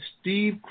Steve